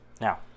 Now